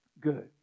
good